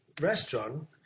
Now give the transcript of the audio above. restaurant